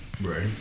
Right